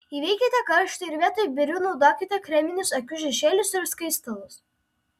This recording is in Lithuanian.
įveikite karštį ir vietoj birių naudokite kreminius akių šešėlius ir skaistalus